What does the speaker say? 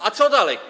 A co dalej?